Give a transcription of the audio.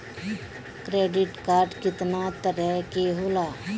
Credit card कितना तरह के होला?